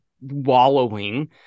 wallowing